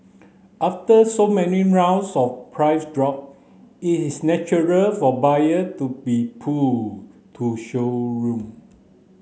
after so many rounds of price drop it is natural for buyer to be pulled to showroom